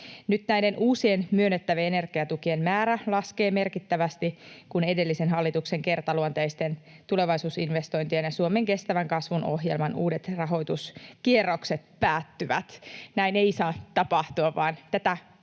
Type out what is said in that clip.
Nyt näiden uusien myönnettävien energiatukien määrä laskee merkittävästi, kun edellisen hallituksen kertaluonteisten tulevaisuusinvestointien ja Suomen kestävän kasvun ohjelman uudet rahoituskierrokset päättyvät. Näin ei saa tapahtua, vaan tätä uutta